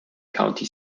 county